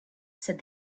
said